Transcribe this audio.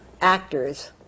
actors